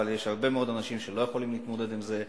אבל יש הרבה מאוד אנשים שלא יכולים להתמודד עם זה.